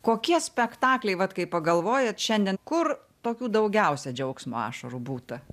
kokie spektakliai vat kai pagalvojat šiandien kur tokių daugiausia džiaugsmo ašarų būta